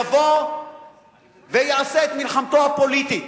יבוא ויעשה את מלחמתו הפוליטית,